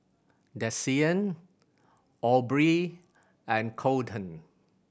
Desean Aubree and Colten